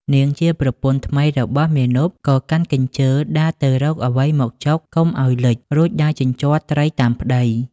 នាងជាប្រពន្ធថ្មីរបស់មាណព ក៏កាន់កញ្ជើដើរទៅរកអ្វីមកចុកកុំឱ្យលេច រួចដើរជញ្ជាត់ត្រីតាមប្តី។